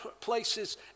places